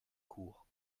cours